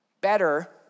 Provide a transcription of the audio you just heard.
Better